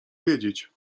wiedzieć